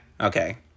okay